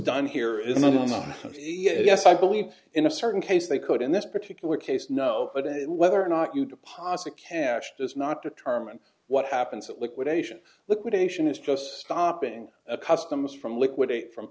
done here is not only yes i believe in a certain case they could in this particular case no but whether or not you deposit cash does not determine what happens at liquidation liquidation is just stopping a customs from liquidate from